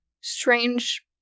strange